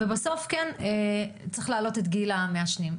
בסוף צריך להעלות את גיל המעשנים.